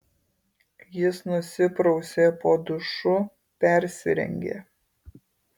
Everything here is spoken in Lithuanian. jis nusiprausė po dušu persirengė